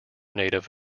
native